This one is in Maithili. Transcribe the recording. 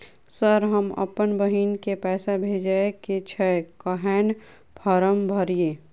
सर हम अप्पन बहिन केँ पैसा भेजय केँ छै कहैन फार्म भरीय?